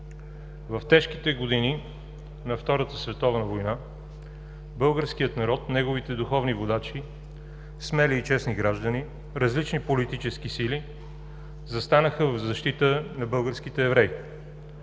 В тежките години на Втората световна война българският народ – неговите духовни водачи, смели и честни граждани, различни политически сили, застанаха в защита на българските евреи.